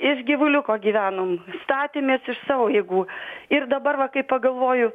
iš gyvuliuko gyvenom statėmės iš savo jėgų ir dabar va kai pagalvoju